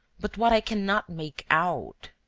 but what i cannot make out.